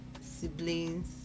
siblings